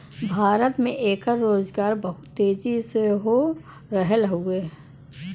भारत में एकर रोजगार बहुत तेजी हो रहल हउवे